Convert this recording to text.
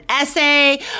essay